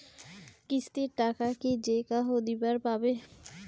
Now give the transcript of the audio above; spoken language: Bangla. কিস্তির টাকা কি যেকাহো দিবার পাবে?